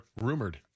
rumored